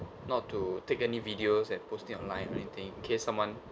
not to take any videos and post it online or anything in case someone